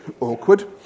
Awkward